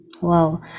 Wow